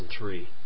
2003